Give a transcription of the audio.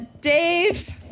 Dave